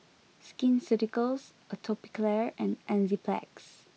Skin Ceuticals Atopiclair and Enzyplex